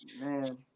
man